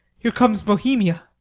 here comes bohemia.